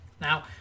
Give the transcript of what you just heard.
Now